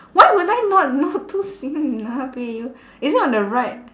why would I not know two C_M nabeh you is it on the right